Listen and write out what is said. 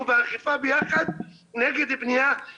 אגף התקציבים זו לא תוכנית.